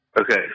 Okay